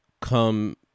come